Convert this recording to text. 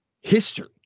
history